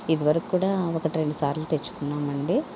ఇది వరకు కూడా ఒకటి రెండు సార్లు తెచ్చుకున్నామండి